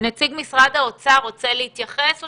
נציג משרד האוצר רוצה להתייחס או